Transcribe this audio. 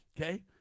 Okay